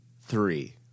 Three